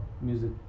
music